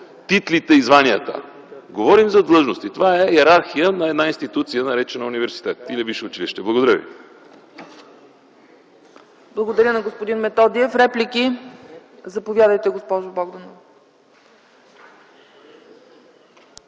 титлите и званията. Говорим за длъжности. Това е йерархия на една институция, наречена университет или висше училище. Благодаря ви. ПРЕДСЕДАТЕЛ ЦЕЦКА ЦАЧЕВА: Благодаря на господин Методиев. Има ли реплики? Заповядайте, госпожо Богданова.